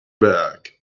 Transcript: back